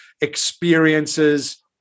experiences